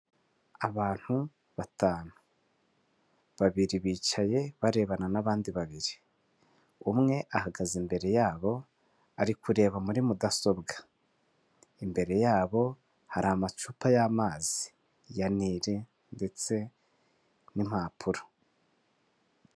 Abantu batanu, babiri bicaye barebana n'abandi babiri, umwe ahagaze imbere yabo, ari kureba muri mudasobwa, imbere yabo hari amacupa y'amazi ya Nili ndetse n'impapuro.